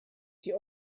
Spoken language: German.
die